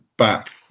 back